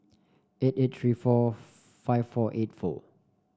eight eight three four five four eight four